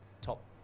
top